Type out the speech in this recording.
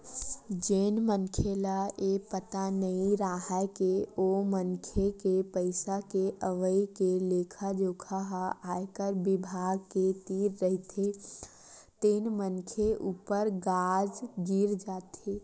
जेन मनखे ल ये पता नइ राहय के ओ मनखे के पइसा के अवई के लेखा जोखा ह आयकर बिभाग के तीर रहिथे तेन मनखे ऊपर गाज गिर जाथे